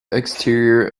exterior